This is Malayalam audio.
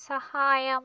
സഹായം